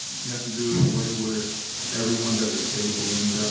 you have to do it in a way where everyone's at the table. and